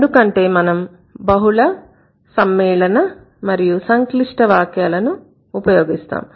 ఎందుకంటే మనం బహుళ సమ్మేళన మరియు సంక్లిష్ట వాక్యాలను ఉపయోగిస్తాము